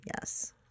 yes